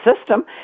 system